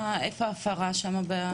איפה ההפרה שם?